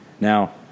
Now